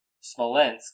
Smolensk